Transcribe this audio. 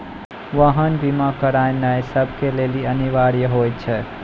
वाहन बीमा करानाय सभ के लेली अनिवार्य होय छै